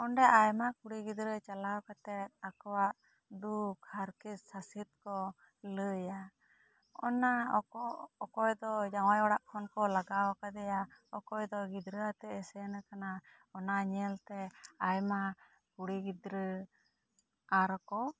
ᱚᱸᱰᱮ ᱟᱭᱢᱟ ᱠᱩᱲᱤ ᱜᱤᱫᱽᱨᱟᱹ ᱪᱟᱞᱟᱣ ᱠᱟᱛᱮ ᱟᱠᱚᱣᱟᱜ ᱫᱩᱠ ᱦᱟᱨᱠᱮᱛ ᱥᱟᱥᱮᱛ ᱠᱚ ᱞᱟᱹᱭᱟ ᱚᱱᱟ ᱚᱠᱚ ᱚᱠᱚᱭ ᱫᱚ ᱡᱟᱶᱟᱭ ᱚᱲᱟᱜ ᱠᱷᱚᱱ ᱠᱚ ᱞᱟᱜᱟᱣ ᱠᱟᱫᱮᱭᱟ ᱚᱠᱚᱭ ᱫᱚ ᱜᱤᱫᱽᱨᱟᱹ ᱣᱟᱛᱮᱜ ᱮ ᱥᱮᱱ ᱠᱟᱱᱟ ᱚᱱᱟ ᱧᱮᱞ ᱛᱮ ᱟᱭᱢᱟ ᱠᱩᱲᱤ ᱜᱤᱫᱽᱨᱟᱹ ᱟᱨ ᱠᱚ